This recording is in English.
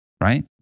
right